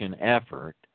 effort